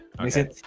Okay